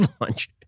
launch